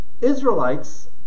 Israelites